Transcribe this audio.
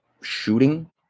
shooting